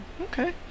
Okay